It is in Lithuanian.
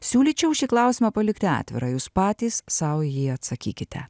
siūlyčiau šį klausimą palikti atvirą jūs patys sau jį atsakykite